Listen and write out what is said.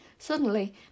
Suddenly